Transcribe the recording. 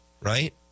Right